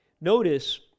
Notice